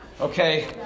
Okay